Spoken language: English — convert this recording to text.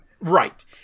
Right